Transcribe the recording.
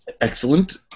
Excellent